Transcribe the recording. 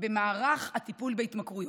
במערך הטיפול בהתמכרויות,